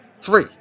Three